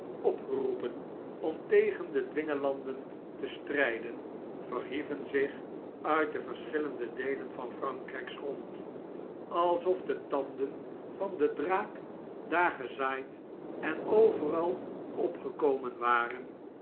opgeroepen om tegen de dwingelanden te strijden verhieven zich uitde verschillende deelen van frankrijks grond alsof de tanden van den draak daar gezaaid en overal opgekomen waren